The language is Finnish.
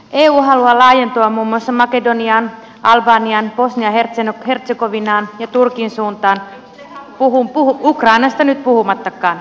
eu haluaa laajentua muun muassa makedoniaan albaniaan bosnia ja hertsegovinaan ja turkin suuntaan ukrainasta nyt puhumattakaan